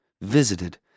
visited